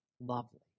lovely